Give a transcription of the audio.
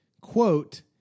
quote